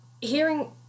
hearing